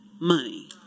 money